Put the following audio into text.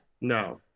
No